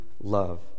love